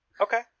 Okay